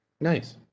Nice